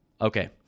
Okay